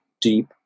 deep